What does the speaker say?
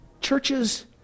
Churches